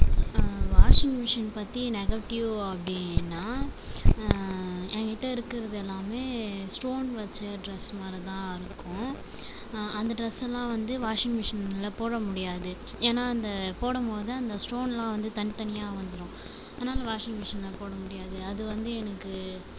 washing machine பற்றி negative அப்படின்னா என்கிட்ட இருக்கிறது எல்லாமே ஸ்டோன் வைச்ச ட்ரெஸ் மாதிரி தான் இருக்கும் அந்த ட்ரெஸ்ஸெல்லாம் வந்து வாஷிங் மிஷினில் போட முடியாது ஏன்னால் அந்த போடும்போது அந்த ஸ்டோனெலாம் வந்து தனித்தனியாக வந்துடும் அதனாலே வாஷிங் மிஷினில் போட முடியாது அது வந்து எனக்கு